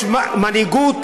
ויש מנהיגות